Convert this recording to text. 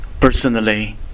personally